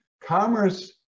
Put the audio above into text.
Commerce